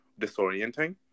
disorienting